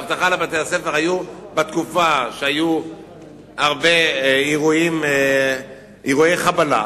האבטחה לבתי-הספר היתה בתקופה שבה היו הרבה אירועי חבלה,